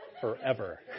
forever